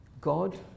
God